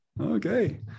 Okay